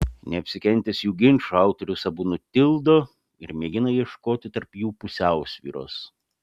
neapsikentęs jų ginčo autorius abu nutildo ir mėgina ieškoti tarp jų pusiausvyros